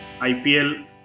IPL